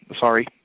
sorry –